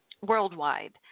worldwide